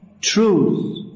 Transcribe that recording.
truth